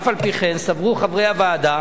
אף-על-פי-כן סברו חברי הוועדה